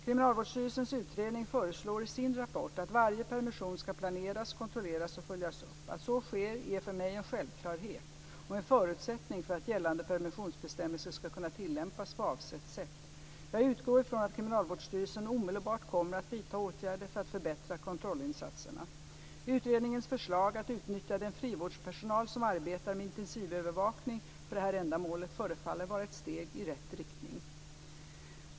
Kriminalvårdsstyrelsens utredning föreslår i sin rapport att varje permission ska planeras, kontrolleras och följas upp. Att så sker är för mig en självklarhet och en förutsättning för att gällande permissionsbestämmelser ska kunna tillämpas på avsett sätt. Jag utgår från att Kriminalvårdsstyrelsen omedelbart kommer att vidta åtgärder för att förbättra kontrollinsatserna. Utredningens förslag att utnyttja den frivårdspersonal som arbetar med intensivövervakning för detta ändamål förefaller vara ett steg i rätt riktning.